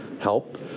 help